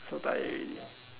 so tired already